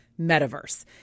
Metaverse